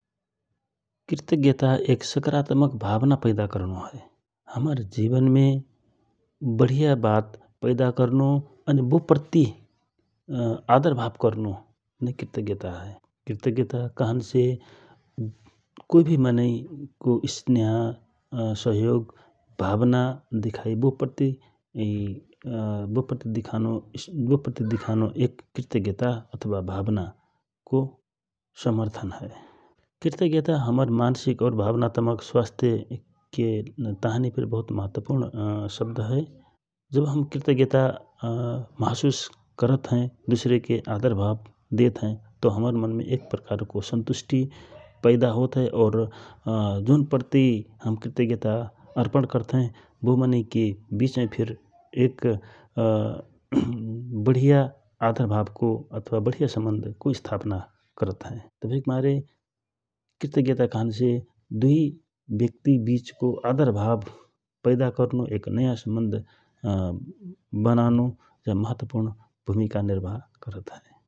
कृतज्ञता एक सकरात्मक भावना पैदा करनो हए । हमर जिवनमे बढिया वात पैदा करनो आनि बो प्रति आदर भव करनो कृतज्ञता हए । कृतज्ञता कहनसे कोइ भि मनै स्नेह सहयोग भावना देखिइ बो प्रति दिखानो कृतज्ञता वा भवनाको समर्थन हए ।कृतज्ञता हमर मान्सिक और भावनात्मक स्वाथ्य के ताँहि फिर महत्वपुर्ण शब्द हए । जब हम कृतज्ञता महसुस करत हए दुसरेक आदरभाव देत हए । तव हमर मनमे एक प्रकारको सन्तुष्टि पैदा होत हए और जौन प्रति हम कृतज्ञता अर्पणकरत हए बो मनैके बिचमे फिर एक बढिया आदरभावको बढिया सम्बन्धको स्थापित करत हए । तवहिक मारे कृतज्ञता कहन्से दुइ ब्यक्ति बिचको आदरभाव पैदा करनो एक नयाँ सम्बन्ध बनानो जा महत्वपुर्ण भुमिका निभानो हए ।